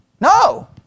No